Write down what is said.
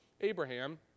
Abraham